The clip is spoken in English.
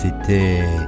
c'était